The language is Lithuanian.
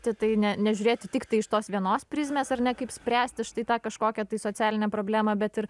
ti tai ne nežiūrėti tiktai iš tos vienos prizmės ar ne kaip spręsti štai tą kažkokią tai socialinę problemą bet ir